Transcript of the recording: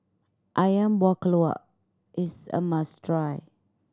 Ayam Buah Keluak is a must try